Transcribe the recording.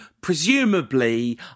presumably